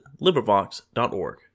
LibriVox.org